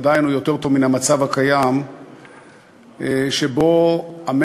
עדיין הוא יותר טוב מן המצב הקיים שבו המשק